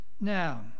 Now